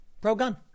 pro-gun